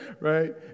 right